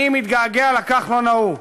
אני מתגעגע לכחלון ההוא.